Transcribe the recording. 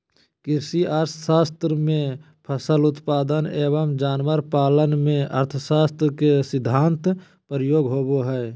कृषि अर्थशास्त्र में फसल उत्पादन एवं जानवर पालन में अर्थशास्त्र के सिद्धान्त प्रयोग होबो हइ